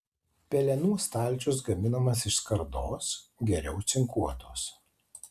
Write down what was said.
pelenų stalčius gaminamas iš skardos geriau cinkuotos